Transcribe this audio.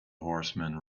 horseman